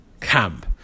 camp